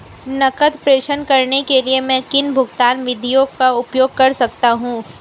नकद प्रेषण करने के लिए मैं किन भुगतान विधियों का उपयोग कर सकता हूँ?